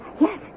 yes